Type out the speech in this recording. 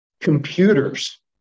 Computers